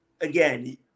again